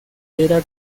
era